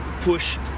push